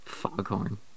foghorn